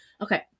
Okay